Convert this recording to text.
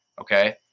okay